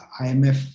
IMF